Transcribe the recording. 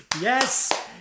Yes